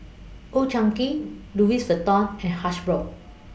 Old Chang Kee Louis Vuitton and Hasbro